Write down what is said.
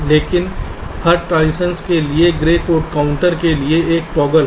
लेकिन हर ट्रांसिशन के लिए ग्रे कोड काउंटर के लिए एक टॉगल है